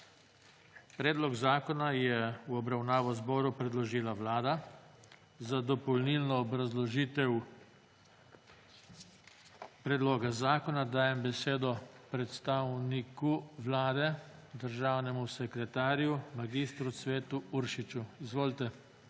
Predlog zakona je v obravnavo Državnemu zboru predložila Vlada. Za dopolnilno obrazložitev predloga zakona dajem besedo predstavniku Vlade državnemu sekretarju mag. Cvetu Uršiču. Izvolite,